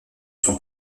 son